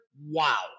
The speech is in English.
Wow